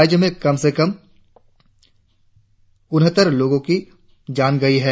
राज्य में कम से कम उनहत्तर लोगों की जान गई है